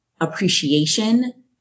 appreciation